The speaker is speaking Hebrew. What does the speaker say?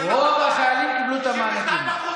רוב החיילים קיבלו את המענקים.